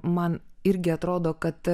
man irgi atrodo kad